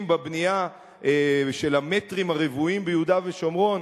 בבנייה של המטרים הרבועים ביהודה ושומרון?